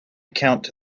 count